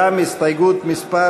גם הסתייגות מס'